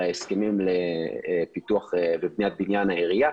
ההסכמים לפיתוח ובניית בניין העירייה.